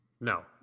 No